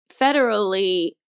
federally